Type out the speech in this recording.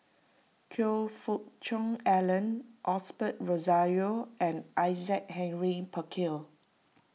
Choe Fook Cheong Alan Osbert Rozario and Isaac Henry Burkill